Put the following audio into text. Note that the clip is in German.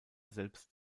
selbst